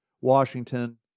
Washington